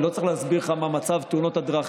אני לא צריך להסביר לך מה מצב תאונות הדרכים.